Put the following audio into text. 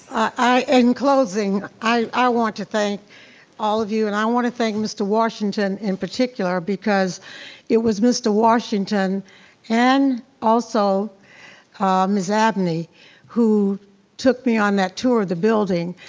in closing, i want to thank all of you and i wanna thank mr. washington in particular because it was mr. washington and also ms. abney who took me on that tour of the building.